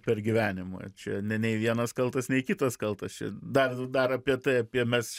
per gyvenimą čia ne nei vienas kaltas nei kitas kaltas čia dar dar apie tai apie mes